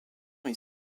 est